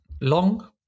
Long